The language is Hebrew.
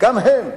גם הם.